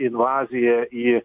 invazija į